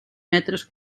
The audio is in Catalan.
metres